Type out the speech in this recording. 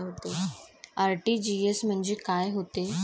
RTGS म्हंजे काय होते?